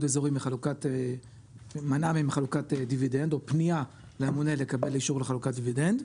האזורי מחלוקת דיבידנד או פנייה למנהל לקבל אישור לחלוקת דיבידנד.